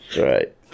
Right